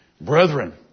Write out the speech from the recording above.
Brethren